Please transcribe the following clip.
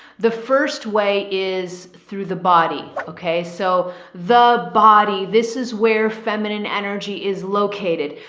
the first way is through the body. okay? so the body, this is where feminine energy is located.